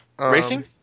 Racing